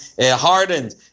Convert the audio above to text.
hardened